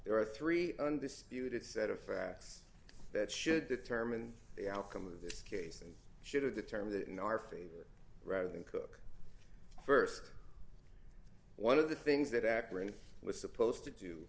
there are three undisputed set of facts that should determine the outcome of this case and should of the terms that in our favor rather than cook st one of the things that acronym was supposed to do